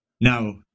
Now